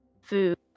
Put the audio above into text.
food